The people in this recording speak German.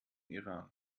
iran